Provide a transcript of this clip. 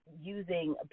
using